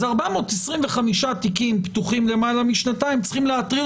אז 425 תיקים פתוחים למעלה משנתיים צריכים להטריד